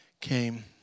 came